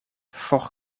for